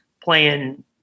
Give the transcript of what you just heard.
playing